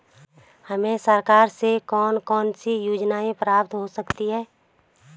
हमें सरकार से कौन कौनसी योजनाएँ प्राप्त हो सकती हैं?